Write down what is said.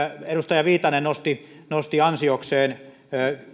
edustaja viitanen nosti nosti ansiokseen